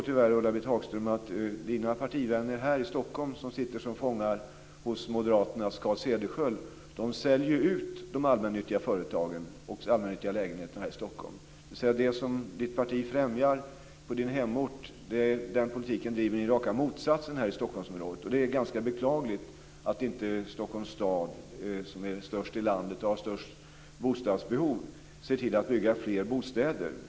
Tyvärr är det ju så att Ulla-Britt Hagströms partivänner här i Stockholm, som sitter som fångar hos Moderaternas Carl Cederschiöld, säljer ut de allmännyttiga företagen och allmännyttiga lägenheterna här i Stockholm. Den politik som Ulla-Britt Hagströms parti främjar på hemorten är alltså raka motsatsen till den politik som Kristdemokraterna driver i Stockholmsområdet. Det är ganska beklagligt att inte Stockholms stad, som är störst i landet och som har största bostadsbehovet, ser till att det byggs fler bostäder.